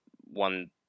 one